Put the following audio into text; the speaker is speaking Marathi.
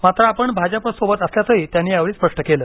मात्र आपण भाजपासोबत असल्याचंही त्यांनी स्पष्ट केलं